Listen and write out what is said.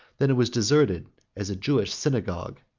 than it was deserted as a jewish synagogue,